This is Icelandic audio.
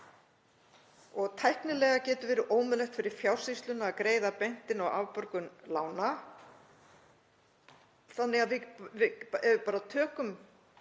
Tæknilega getur verið ómögulegt fyrir Fjársýsluna að greiða beint inn á afborgun lána þannig að ef við bara tökum